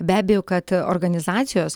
be abejo kad organizacijos